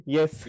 Yes